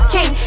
King